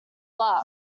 luck